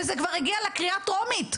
וזה כבר הגיע לקריאה הטרומית,